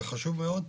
וחשוב מאוד,